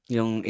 Yung